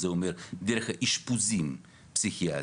שזה אומר דרך האשפוזים הפסיכיאטריים.